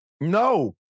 No